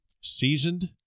seasoned